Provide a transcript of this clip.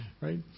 right